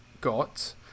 got